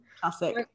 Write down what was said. classic